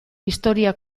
historia